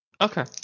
okay